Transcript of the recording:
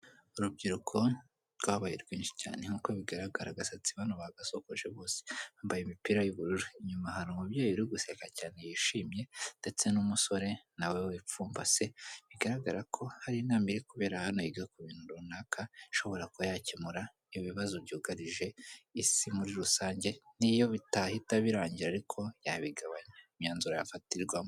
Urubyiruko rwabaye rwinshi cyane nk'uko bigaragara agasatsi bano bagasokoje bose, bambaye imipira y'ubururu, inyuma hari umubyeyi uri guseka cyane yishimye ndetse n'umusore na we wipfumbase, bigaragara ko hari inama iri kubera hano yiga ku bintu runaka, ishobora kuba yakemura ibibazo byugarije isi muri rusange, n'iyo bitahita birangira ariko yabigabanya, imyanzuro yafatirwamo.